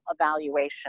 evaluation